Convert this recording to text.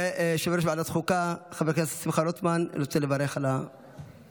יושב-ראש ועדת החוקה חבר הכנסת שמחה רוטמן רוצה לברך על ההחלטה.